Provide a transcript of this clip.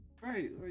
Right